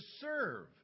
serve